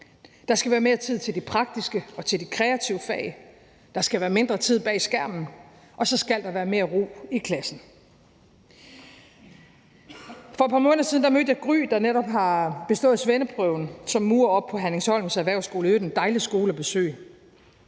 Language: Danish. Der skal være mere tid til de praktiske og kreative fag. Der skal være mindre tid bag skærmen, og så skal der være mere ro i klassen. For et par måneder siden mødte jeg Gry, der netop har bestået svendeprøven som murer oppe på Herningsholms Erhvervsskole, i øvrigt en dejlig skole at besøge.